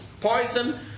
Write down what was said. poison